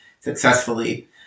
successfully